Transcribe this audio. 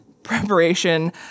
preparation